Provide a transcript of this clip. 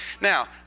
Now